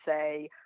say